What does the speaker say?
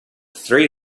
three